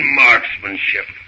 marksmanship